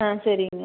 ஆ சரிங்க